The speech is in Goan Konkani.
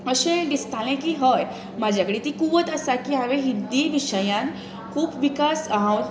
अशें दिसतालें की हय म्हज्या कडेन ती कुवत आसा की हांवें हिंदी विशयान खूब विकास हांव